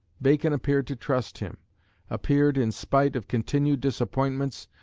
bacon appeared to trust him appeared, in spite of continued disappointments,